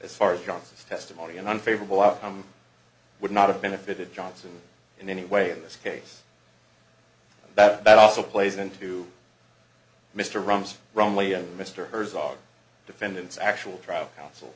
as far as johnson's testimony an unfavorable outcome would not have benefited johnson in any way in this case that also plays into mr ramsey wrongly and mr herzog defendant's actual trial counsel